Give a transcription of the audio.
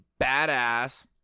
badass